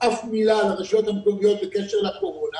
אף מילה לרשויות המקומיות בקשר לקורונה